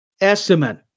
estimate